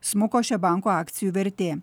smuko šio banko akcijų vertė